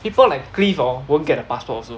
people like cliff orh won't get a passport also